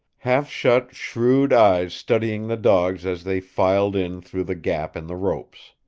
half-shut shrewd eyes studying the dogs as they filed in through the gap in the ropes.